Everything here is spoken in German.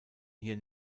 hier